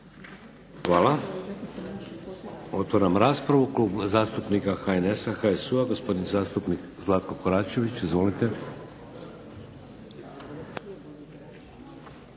Hvala. Otvaram raspravu. Klub zastupnika HNS-a, HSU-a, gospodin zastupnik Zlatko Koračević. Izvolite.